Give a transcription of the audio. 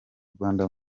rwanda